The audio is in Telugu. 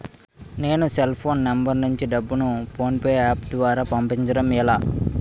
నేను సెల్ ఫోన్ నంబర్ నుంచి డబ్బును ను ఫోన్పే అప్ ద్వారా పంపించడం ఎలా?